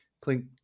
Clink